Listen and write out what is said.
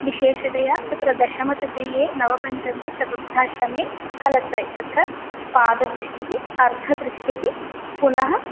विशेषतया तत्र दशमतृतीये नवपञ्चमे चतुर्थाष्टमे कलत्रे तत्र पाददृष्टिः अर्धदृष्टिः पुनः